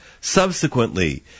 Subsequently